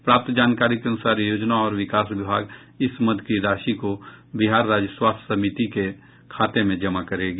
प्राप्त जानकारी के अनुसार योजना और विकास विभाग इस मद की राशि को बिहार राज्य स्वास्थ्य समिति के खाते में जमा करेगी